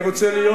אני רוצה להיות